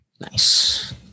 Nice